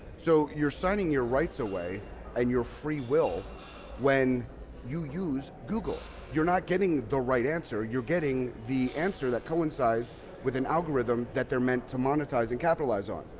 so you're signing your rights away and your free will when you use google. you're not getting the right answer, you're getting the answer that coincides with an algorithm that they're meant to monetize and capitalize on.